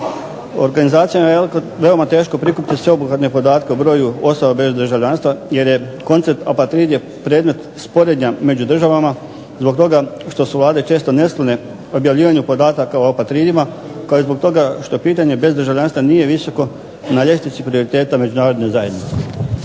Organizacijama je veoma teško prikupiti sveobuhvatne podatke o broju osoba bez državljanstva jer je koncept apatridija predmet sporenja među državama zbog toga što su Vlade često nesklone objavljivanju podataka o apatridima kao i zbog toga što pitanje bez državljanstva nije visoko na ljestvici prioriteta međunarodne zajednice.